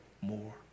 more